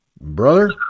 Brother